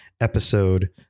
episode